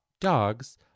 Dogs